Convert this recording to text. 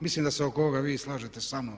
Mislim da se oko ovoga vi slažete sa mnom.